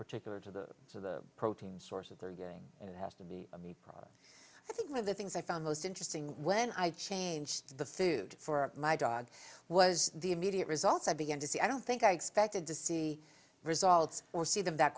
particular to the to the protein source that they're getting and it has to be of meat i think one of the things i found most interesting when i changed the food for my dog was the immediate results i began to see i don't think i expected to see results or see them that